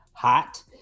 Hot